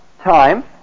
Time